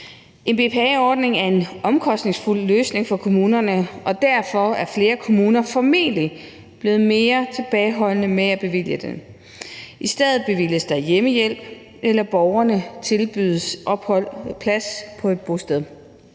En BPA-ordning er en omkostningsfuld løsning for kommunerne, og derfor er flere kommuner formentlig blevet mere tilbageholdende med at bevilge den. I stedet bevilges der hjemmehjælp, eller borgerne tilbydes en plads på et bosted.